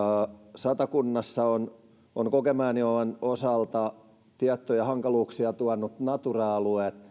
satakunnassa ovat kokemäenjoen osalta tiettyjä hankaluuksia tuoneet natura alueet